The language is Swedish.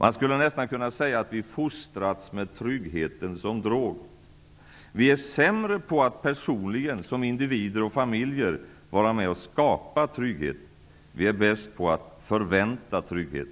Man skulle nästan kunna säga att vi fostrats med tryggheten som drog. Vi är sämre på att personligen, som individer och familjer, vara med och skapa trygghet. Vi är bäst på att förvänta trygghet.